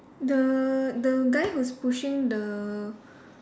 the the guy who's pushing the